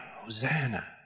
Hosanna